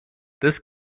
this